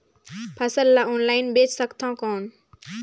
फसल ला ऑनलाइन बेचे सकथव कौन?